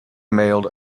mailed